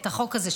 את החוק הזה,